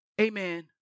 Amen